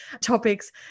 topics